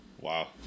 wow